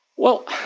well,